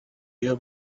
year